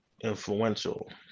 influential